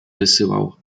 wysyłał